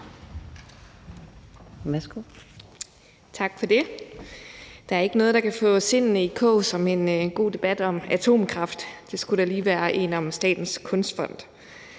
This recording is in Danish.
(S): Tak for det. Der er ikke noget, der kan sætte sindene i kog, som en god debat om atomkraft; det skulle da lige være en om Statens Kunstfond.